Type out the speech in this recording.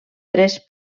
tres